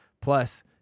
Plus